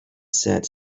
said